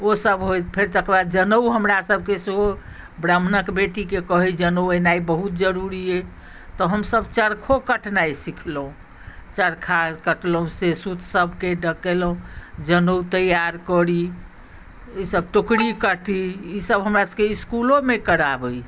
ओ सभ होइत फेर तकरबाद जनेउ हमरासभके सेहो ब्राम्हणक बेटीके कहय जनेउ एनाइ बहुत जरूरी अइ तऽ हमसभ चरखो कटनाइ सिखलहुँ चरखा कटलहुँ से सूतसभके डकेलहुँ जनेउ तैयार करी ईसभ टोकरी काटी ईसभ हमरासभके इस्कुलोमे कराबए